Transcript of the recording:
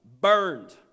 burned